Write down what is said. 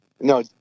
No